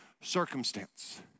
circumstance